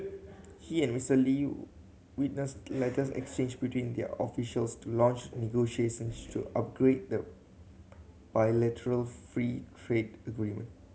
he and Mister Lee witnessed letters exchanged between their officials to launch negotiations to upgrade the bilateral free trade agreement